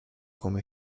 come